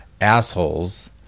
assholes